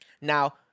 Now